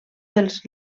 dels